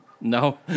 No